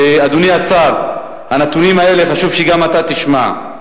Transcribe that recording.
אדוני השר, הנתונים האלה, חשוב שגם אתה תשמע.